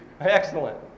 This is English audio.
Excellent